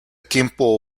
tiempo